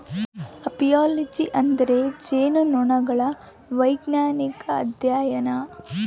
apiology ಎಂದರೆ ಜೇನುನೊಣಗಳ ವೈಜ್ಞಾನಿಕ ಅಧ್ಯಯನ